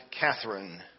Catherine